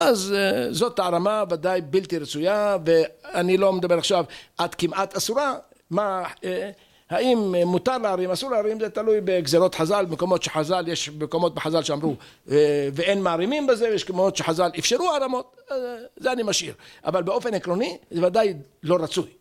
אז זאת הערמה ודאי בלתי רצויה, ואני לא מדבר עכשיו עד כמעט אסורה, האם מותר להערים, אסור להערים, זה תלוי בגזרות חז"ל במקומות שחז"ל... יש מקומות בחז"ל שאמרו ואין מערימים בזה, ויש מקומות שחז"ל אפשרו הערמות, זה אני משאיר, אבל באופן עקרוני זה ודאי לא רצוי